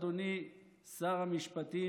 אדוני שר המשפטים,